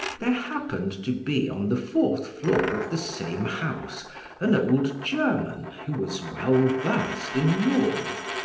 there happened to be on the fourth floor of the same house an old german who was well versed in lore.